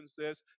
says